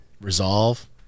Resolve